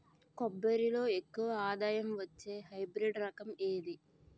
కొబ్బరి లో ఎక్కువ ఆదాయం వచ్చే హైబ్రిడ్ రకం ఏది?